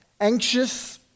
anxious